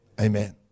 Amen